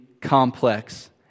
complex